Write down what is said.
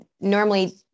normally